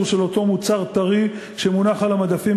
של אותו מוצר טרי שמונח על המדפים,